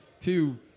two